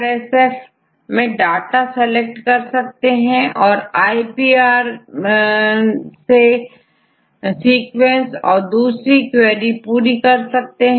जैसे आपPIRSF मैं डाटा सेलेक्ट कर सकते हो औरiPro थे सीक्वेंस और दूसरी क्वेरी पूरी कर सकते हो